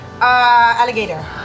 Alligator